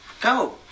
Go